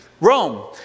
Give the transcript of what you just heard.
Rome